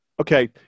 Okay